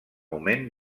moment